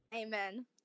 Amen